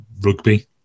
Rugby